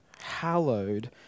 hallowed